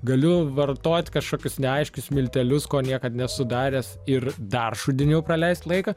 galiu vartoti kažkokius neaiškius miltelius ko niekad nesu daręs ir dar šudyniau praleist laiką